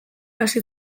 hasi